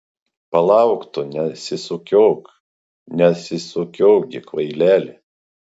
palauk tu nesisukiok nesisukiok gi kvaileli